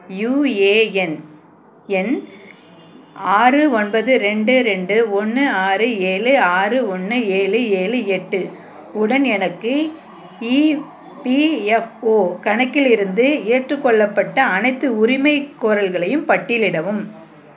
UAN எண் ஆறு ஒன்பது ரெண்டு ரெண்டு ஒன்று ஆறு ஏழு ஆறு ஒன்று ஏழு ஏழு எட்டு உடன் எனக்கு இபிஎஃப்ஓ கணக்கிலிருந்து ஏற்றுக்கொள்ளப்பட்ட அனைத்து உரிமைகோரல்களையும் பட்டியலிடவும்